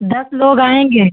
दस लोग आएँगे